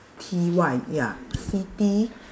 T Y ya city